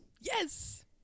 Yes